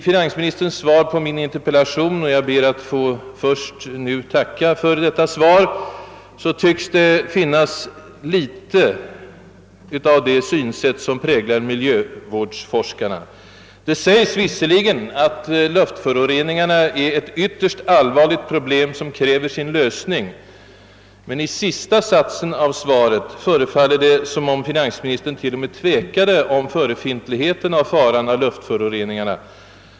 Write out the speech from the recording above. Finansministerns svar på min interpellation, för vilket jag först nu ber att få tacka, tycks endast föga påverkat av det synsätt som präglar miljövårdsforskarna. Det framhålles visserligen att luftföroreningarna är ett ytterst allvarligt problem, som kräver sin lösning. Men i sista satsen av svaret förefaller det t.o.m. som om finansministern tvekade inför frågan om förefintligheten av luftföroreningarna.